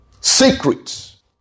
secrets